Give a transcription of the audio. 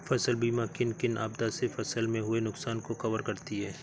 फसल बीमा किन किन आपदा से फसल में हुए नुकसान को कवर करती है